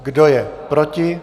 Kdo je proti?